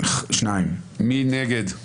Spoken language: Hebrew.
מי נגד?